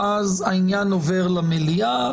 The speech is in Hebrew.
העניין עובר למליאה,